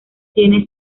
tiene